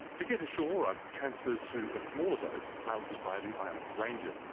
to get ashore, i'm transferred to a smaller boat piloted by the island's ranger.